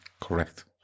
Correct